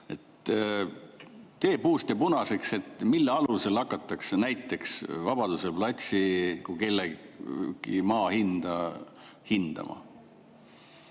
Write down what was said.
Tee puust ja punaseks, mille alusel hakatakse näiteks Vabaduse platsi kui kellegi maa hinda